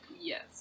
Yes